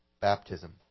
baptism